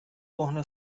کهنه